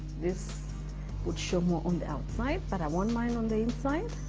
this would show more on the outside but i want mine on the inside.